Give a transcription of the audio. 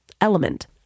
Element